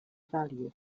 value